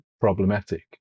problematic